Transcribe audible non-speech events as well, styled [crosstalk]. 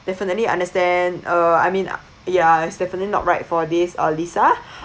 definitely understand uh I mean ya it's definitely not right for this uh lisa [breath]